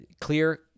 clear